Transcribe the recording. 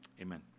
amen